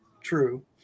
True